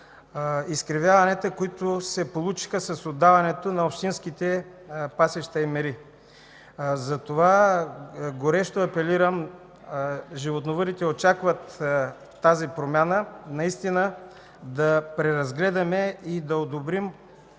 изкривяванията, които се получиха с отдаването на общинските пасища и мери. Затова горещо апелирам, животновъдите очакват тази промяна, наистина да преразгледаме и да одобрим